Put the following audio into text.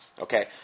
Okay